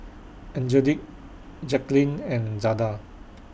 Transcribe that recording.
Angelic Jaclyn and Zada